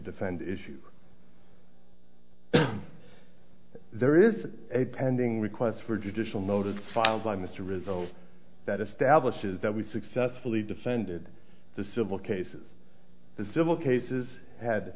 defend issue there is a pending request for judicial notice filed by mr rizzo that establishes that we successfully defended the civil cases as it will cases had